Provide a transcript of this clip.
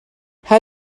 how